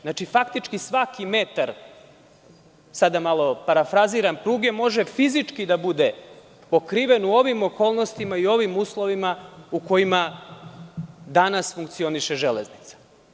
Znači, faktički, svaki metar, sada malo parafraziram, pruge može fizički da bude pokriven u ovim okolnostima i u ovim uslovima u kojima danas funkcioniše železnica.